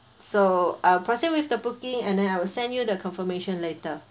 so I'll proceed with the booking and then I will send you the confirmation later